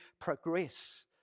progress